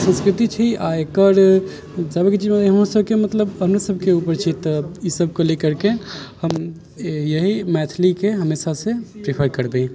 सन्स्कृति छी आ एकर समझि सकैत छी अहाँ मतलब अहाँ सभके उपर छै तऽ ई सभके लेकरके हम इएह मैथिलीके हमेशासँ प्रिफर करबै